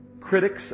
critics